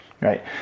right